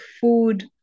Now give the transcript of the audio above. food